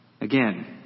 Again